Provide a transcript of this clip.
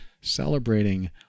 celebrating